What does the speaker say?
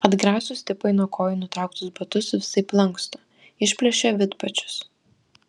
atgrasūs tipai nuo kojų nutrauktus batus visaip lanksto išplėšia vidpadžius